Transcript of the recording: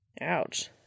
Ouch